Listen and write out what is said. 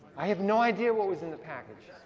i have no idea what was in the package.